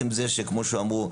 כמו שאמרו,